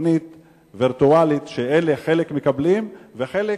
כתוכנית וירטואלית שחלק מקבלים וחלק